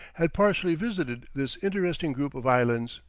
had partially visited this interesting group of islands.